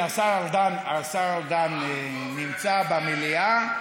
הינה השר ארדן נמצא במליאה,